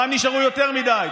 פעם נשארו יותר מדי,